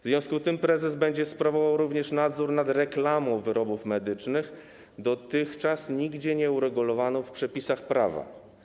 W związku z tym prezes będzie sprawował również nadzór nad reklamą wyrobów medycznych dotychczas nigdzie nieuregulowaną w przepisach prawa.